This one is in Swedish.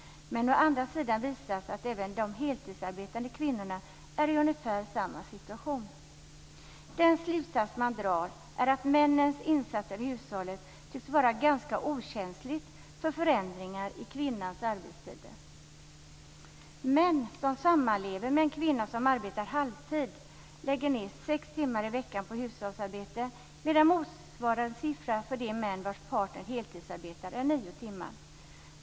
Men å andra sidan visas att även de heltidsarbetande kvinnorna är i ungefär samma situation. Den slutsats man drar är att männens insatser i hushållet tycks vara ganska okänsliga för förändringar i kvinnornas arbetstider. Män som sammanlever med en kvinna som arbetar halvtid lägger ned 6 timmar i veckan på hushållsarbete medan motsvarande siffra för de män vars partner heltidsarbetar är 9 timmar.